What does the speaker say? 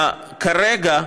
כרגע,